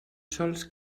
sols